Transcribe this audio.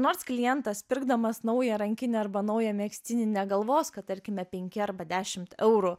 nors klientas pirkdamas naują rankinę arba naują megztinį negalvos kad tarkime penki arba dešimt eurų